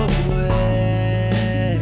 away